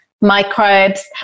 microbes